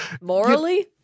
morally